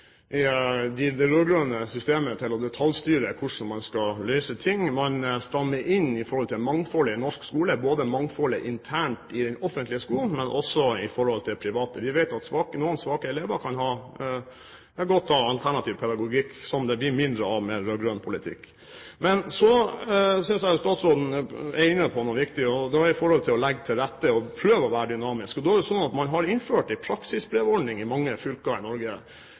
norsk skole, både mangfoldet internt i den offentlige skolen og hos private. Vi vet at noen svake elever kan ha godt av alternativ pedagogikk, som det blir mindre av med rød-grønn politikk. Men jeg synes statsråden er inne på noe viktig når det gjelder å legge til rette og prøve å være dynamisk. Det er sånn at man har innført en praksisbrevordning i mange fylker i Norge,